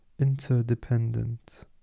interdependent